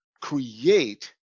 create